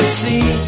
see